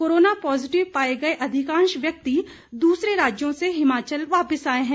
corona positive पाए गए अधिकांश व्यक्ति दूसरे राज्यों से हिमाचल वापिस आए हैं